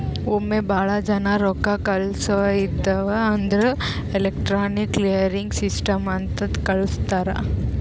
ಒಮ್ಮೆ ಭಾಳ ಜನಾ ರೊಕ್ಕಾ ಕಳ್ಸವ್ ಇದ್ಧಿವ್ ಅಂದುರ್ ಎಲೆಕ್ಟ್ರಾನಿಕ್ ಕ್ಲಿಯರಿಂಗ್ ಸಿಸ್ಟಮ್ ಲಿಂತೆ ಕಳುಸ್ತಾರ್